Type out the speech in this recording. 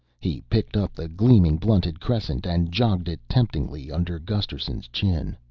he picked up the gleaming blunted crescent and jogged it temptingly under gusterson's chin.